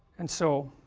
and so,